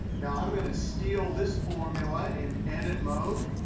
now, i'm going to steal this formula in edit mode.